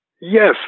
Yes